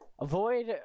Avoid